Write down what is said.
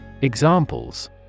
Examples